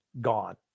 gone